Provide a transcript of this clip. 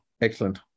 Excellent